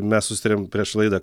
mes susitarėm prieš laidą